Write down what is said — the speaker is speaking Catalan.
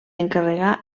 encarregar